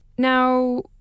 Now